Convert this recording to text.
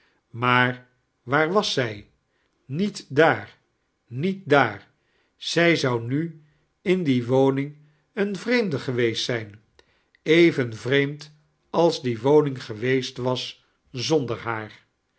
maar waar was zij niet daar niet daar zij zou nu in die waning eem vreenide geweesit zijn even vreemid als die wondng geweesit was zonder haar